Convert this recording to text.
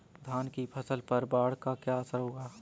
धान की फसल पर बाढ़ का क्या असर होगा?